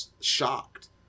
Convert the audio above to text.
shocked